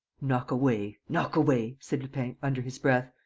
knock away, knock away, said lupin, under his breath.